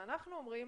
אנחנו אומרים